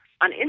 on